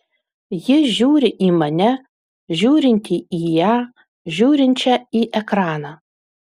ji žiūri į mane žiūrintį į ją žiūrinčią į ekraną